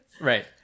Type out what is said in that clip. Right